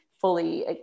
fully